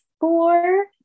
four